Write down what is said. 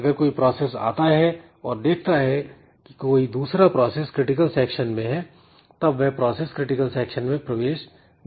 अगर कोई प्रोसेस आता है और देखता है कि कोई दूसरा प्रोसेस क्रिटिकल सेक्शन में है तब वह प्रोसेस क्रिटिकल सेक्शन में प्रवेश नहीं कर सकता